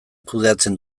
kudeatzen